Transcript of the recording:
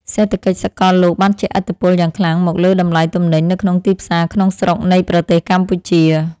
សេដ្ឋកិច្ចសកលលោកបានជះឥទ្ធិពលយ៉ាងខ្លាំងមកលើតម្លៃទំនិញនៅក្នុងទីផ្សារក្នុងស្រុកនៃប្រទេសកម្ពុជា។